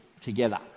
together